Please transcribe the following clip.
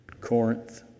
Corinth